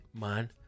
man